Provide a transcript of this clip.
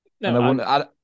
No